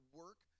work